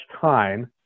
time